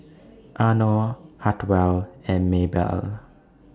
Arno Hartwell and Maebelle